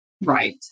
right